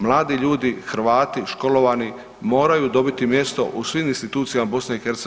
Mladi ljudi, Hrvati, školovani moraju dobiti mjesto u svim institucijama BiH.